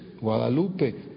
Guadalupe